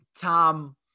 Tom